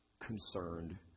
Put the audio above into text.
concerned